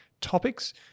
topics